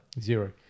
Zero